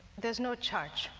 there's no charge.